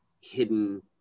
hidden